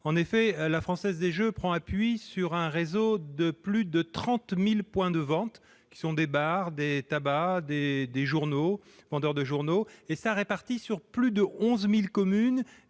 En effet, la Française des jeux prend appui sur un réseau de plus de 30 000 points de vente, qui sont des bars, des tabacs, des magasins de journaux. Répartis sur plus de 11 000 communes,